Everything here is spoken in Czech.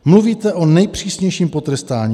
Mluvíte o nejpřísnějším potrestání.